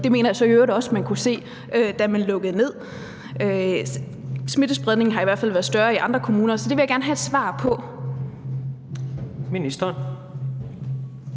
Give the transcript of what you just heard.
Det mener jeg så i øvrigt også man kunne se, da man lukkede ned; smittespredningen har i hvert fald været større i andre kommuner. Så det vil jeg gerne have et svar på. Kl.